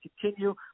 continue